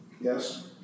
Yes